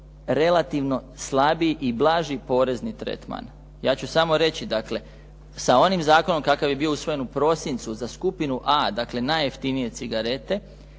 relativno i slabiji i blaži porezni tretman. Ja ću samo reći dakle sa onim zakonom kakav je bio usvojen u prosincu za skupinu A, dakle najjeftinije cigarete,